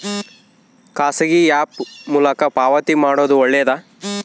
ಖಾಸಗಿ ಆ್ಯಪ್ ಮೂಲಕ ಪಾವತಿ ಮಾಡೋದು ಒಳ್ಳೆದಾ?